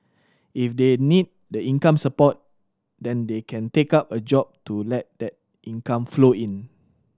if they need the income support then they can take up a job to let that income flow in